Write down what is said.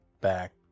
back